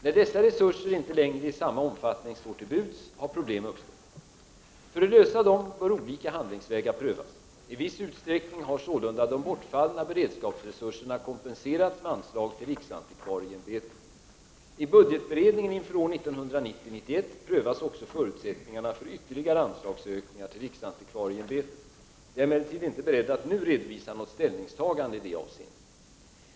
När dessa resurser inte längre i samma omfattning står till buds, har problem uppstått. För att lösa dessa bör olika handlingsvägar prövas. I viss utsträckning har sålunda de bortfallna beredskapsresurserna kompenserats med anslag till riksantikvarieämbetet. I budgetberedningen inför år 1990/91 prövas också förutsättningarna för ytterligare anslagsökningar till riksantikvarieämbetet. Jag är emellertid inte beredd att nu redovisa något ställningstagande i detta avseende.